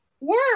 work